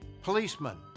policemen